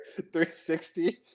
360